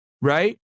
right